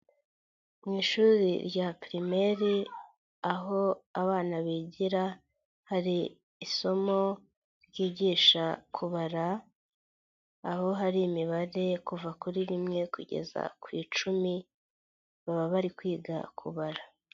Mu ishuri rya pirimeri aho abana bigira hari isomo ryigisha kubara, aho hari imibare kuva kuri rimwe kugeza ku icumi, baba bari kwiga kubara.